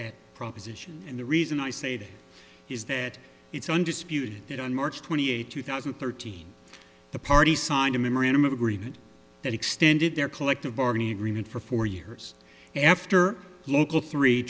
that proposition and the reason i say that is that it's undisputed that on march twenty eighth two thousand and thirteen the party signed a memorandum of agreement that extended their collective bargaining agreement for four years after local three